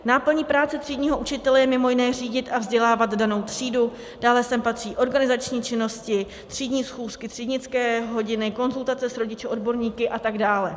Náplní práce třídního učitele je mj. řídit a vzdělávat danou třídu, dále sem patří organizační činnosti, třídní schůzky, třídnické hodiny, konzultace s rodiči, odborníky atd.